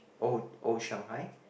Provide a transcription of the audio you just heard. old old Shanghai